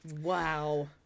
Wow